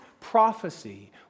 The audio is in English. prophecy